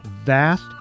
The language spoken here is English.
vast